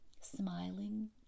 smiling